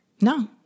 No